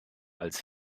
als